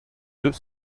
deux